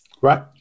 right